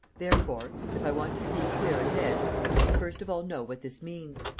therefore, if i want to see clear ahead, i must first of all know what this means.